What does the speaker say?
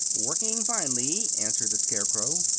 working finely, answered the scarecrow.